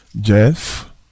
Jeff